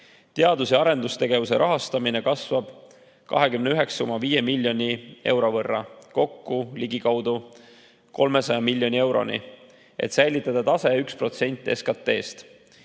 Teadus‑ ja arendustegevuse rahastamine kasvab 29,5 miljoni euro võrra kokku ligikaudu 300 miljoni euroni, et säilitada tase 1% SKT-st.